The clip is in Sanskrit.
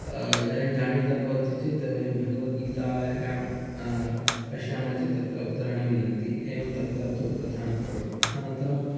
इदानीं जामिता भवति चेत् वयं भगवद्गीतायां पश्यामः चेत् तत्र उत्तराणि मिलन्ति एवं तत्र तु प्रधान पर्व अनन्तरं